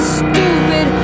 stupid